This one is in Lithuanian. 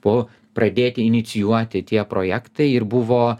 buvo pradėti inicijuoti tie projektai ir buvo